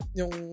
yung